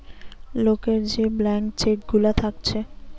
লোকের যে blank cheque গুলা থাকছে